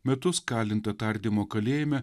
metus kalinta tardymo kalėjime